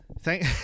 Thank